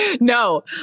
no